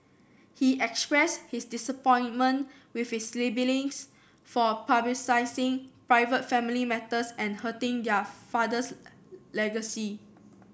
he expressed his disappointment with his siblings for publicising private family matters and hurting their father's legacy